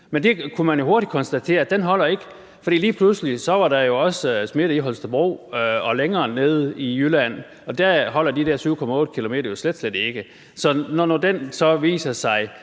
Men man kunne jo hurtigt konstatere, at den ikke holder. For lige pludselig var der jo også smitte i Holstebro og længere nede i Jylland, og dér holder de der 7,8 km jo slet, slet ikke. Så den viser sig